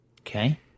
Okay